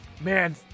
man